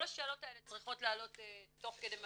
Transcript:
כל השאלות האלה צריכות לעלות תוך כדי המצגת,